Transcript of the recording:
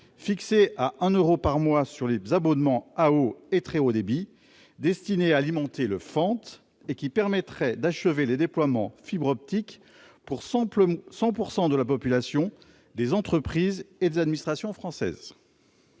fixée à un euro par mois sur les abonnements à haut débit et à très haut débit et destinée à alimenter le FANT, qui permettrait d'achever les déploiements des réseaux en fibre optique pour 100 % de la population, des entreprises et des administrations françaises.